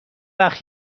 وقت